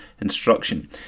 Instruction